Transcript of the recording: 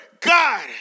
God